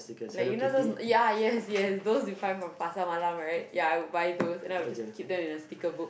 like you know those ya yes yes those you find from Pasar-Malam right ya I will those and then I will just keep them in a sticker book